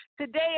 today